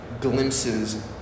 glimpses